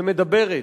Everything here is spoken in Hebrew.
ומדברת,